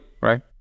right